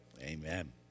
Amen